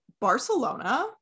Barcelona